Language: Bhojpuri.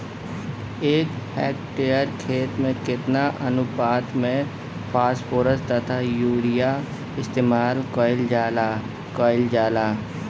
एक हेक्टयर खेत में केतना अनुपात में फासफोरस तथा यूरीया इस्तेमाल कईल जाला कईल जाला?